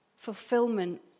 Fulfillment